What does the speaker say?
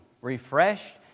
Refreshed